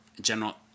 General